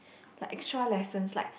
like extra lessons like